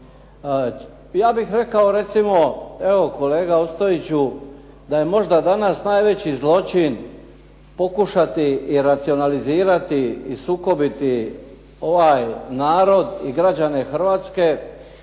Ja bih rekao recimo, evo kolega Ostojiću da je možda danas najveći zločin pokušati i racionalizirati i sukobiti ovaj narod i građane Hrvatske